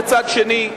מצד שני,